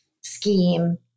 scheme